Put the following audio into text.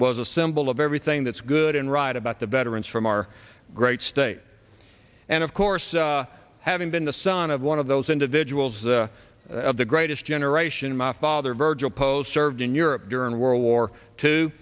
and was a symbol of everything that's good and right about the veterans from our great state and of course having been the son of one of those individuals the of the greatest generation my father virgil post served in europe during world war two